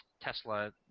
Tesla